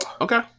Okay